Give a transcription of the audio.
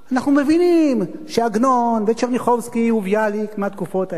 אנחנו מבינים שעגנון וטשרניחובסקי וביאליק מהתקופות האלה,